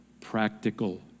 practical